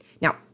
Now